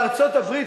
בארצות-הברית,